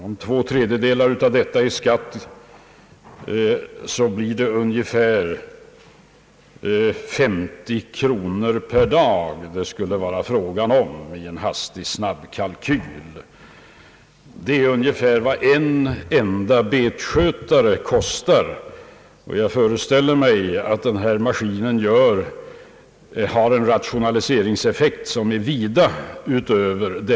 Om två tredjedelar av kostnaden härför är skatt, så säger mig en hastig kalkyl att det skulle vara fråga om 50 kronor per dag. Det är ungefär vad en enda skördearbetare kostar, och jag föreställer mig att den här maskinen har en rationaliseringseffekt som är vida större.